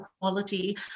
quality